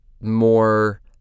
more